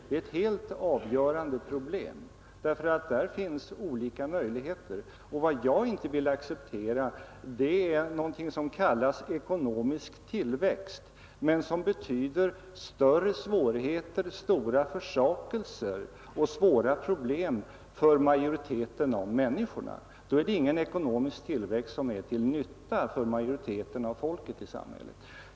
Där finns olika möjligheter. Vad jag inte vill acceptera är någonting som kallas ekonomisk tillväxt men som betyder större svårigheter, stora försakelser och svåra problem för majoriteten av människorna. Det är inte en ekonomisk tillväxt som är till nytta för majoriteten av folket i samhället.